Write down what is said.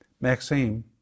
Maxime